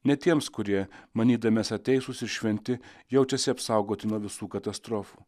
ne tiems kurie manydami esą teisūs ir šventi jaučiasi apsaugoti nuo visų katastrofų